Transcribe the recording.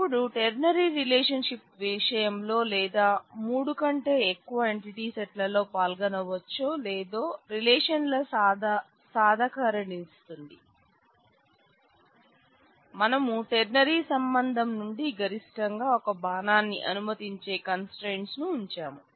ఇప్పుడు ternary relationship ని ఉంచాము